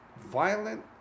violent